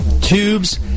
tubes